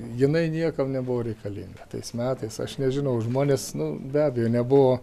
jinai niekam nebuvo reikalinga tais metais aš nežinau žmonės nu be abejo nebuvo